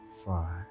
five